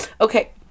okay